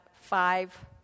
five